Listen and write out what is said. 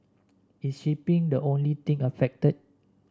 is shipping the only thing affected